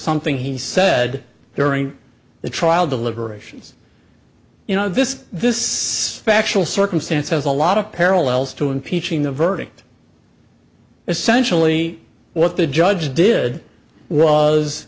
something he said during the trial deliberations you know this this stachel circumstance has a lot of parallels to impeaching the verdict essentially what the judge did was